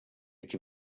aquí